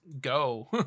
go